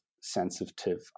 sensitive